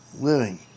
living